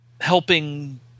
helping